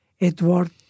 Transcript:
Edward